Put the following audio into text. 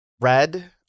Red